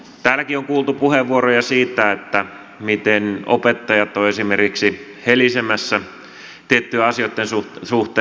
täälläkin on kuultu puheenvuoroja siitä miten opettajat ovat esimerkiksi helisemässä tiettyjen asioiden suhteen